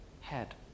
head